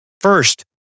First